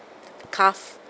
calf